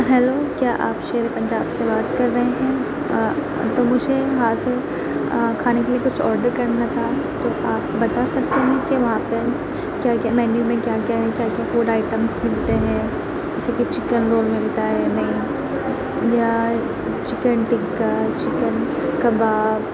hello کیا آپ شیرِ پنجاب سے بات کر رہے ہیں تو مجھے وہاں سے کھانے کے لیے کچھ آڈر کرنا تھا تو آپ بتا سکتے ہیں کہ وہاں پہ کیا کیا مینیو میں کیا کیا ہے کیا کیا فوڈ آئٹمس ملتے ہیں جیسے کہ چکن رول ملتا ہے یا نہیں یا چکن ٹکہ چکن کباب